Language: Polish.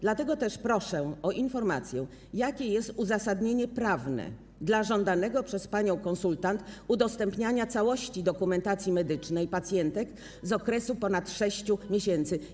Dlatego proszę o informację, jakie jest uzasadnienie prawne dla żądanego przez panią konsultant udostępniania całości dokumentacji medycznej pacjentek z okresu ponad 6 miesięcy.